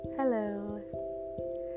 Hello